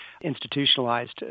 institutionalized